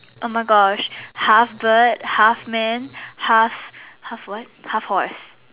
oh my Gosh half bird half man half half what half horse